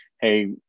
Hey